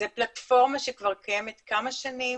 זה פלטפורמה שקיימת כבר כמה שנים